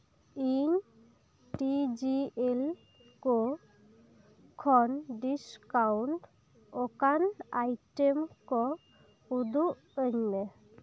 ᱤᱧ T G L ᱠᱳ ᱠᱷᱚᱱ ᱰᱤᱥᱠᱟᱣᱩᱱᱴ ᱟᱠᱟᱱ ᱟᱭᱴᱮᱢ ᱠᱚ ᱩᱫᱩᱜ ᱟᱹᱧ ᱢᱮ